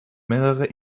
mehrere